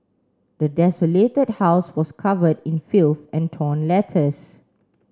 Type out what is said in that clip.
the desolated house was covered in filth and torn letters